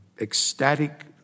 ecstatic